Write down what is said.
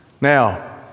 Now